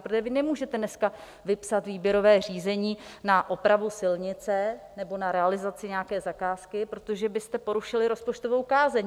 Protože vy nemůžete dneska vypsat výběrové řízení na opravu silnice nebo na realizaci nějaké zakázky, protože byste porušili rozpočtovou kázeň.